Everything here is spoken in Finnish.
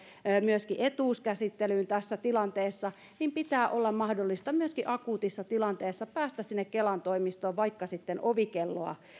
myöskin etuuskäsittelyyn tässä tilanteessa niin pitää olla mahdollista akuutissa tilanteessa päästä myöskin sinne kelan toimistoon vaikka sitten ovikelloa